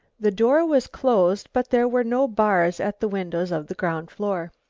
the door was closed but there were no bars at the windows of the ground floor.